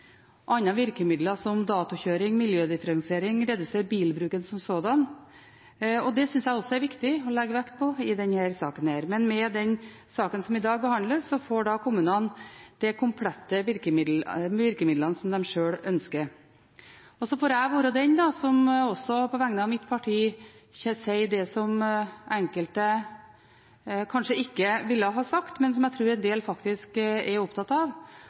virkemidler, som datokjøring, miljødifferensiering, redusere bilbruken som sådan, og jeg synes det er viktig å legge vekt på det i denne saken. Men med den saken som behandles i dag, så får kommunene de virkemidlene som de sjøl ønsker. Og så får jeg være den som – også på vegne av mitt parti – sier det som enkelte kanskje ikke ville sagt, men som jeg tror en del faktisk er opptatt av,